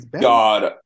God